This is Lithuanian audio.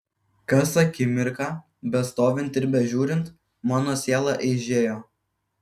kas akimirką bestovint ir bežiūrint mano siela eižėjo